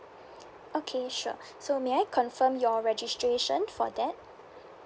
okay sure so may I confirm your registration for that